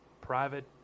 private